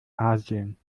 asien